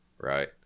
Right